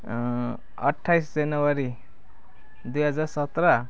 अठ्ठाइस जनवरी दुई हजार सत्र